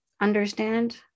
understand